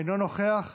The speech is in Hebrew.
אינו נוכח,